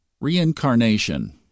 Reincarnation